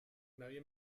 nadie